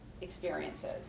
experiences